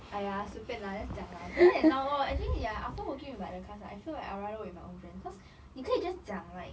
!aiya! 随便啦 just 讲啦 better than now lor actually ya after working with like the class I feel like I rather work with my own friend because 你可以 just 讲 like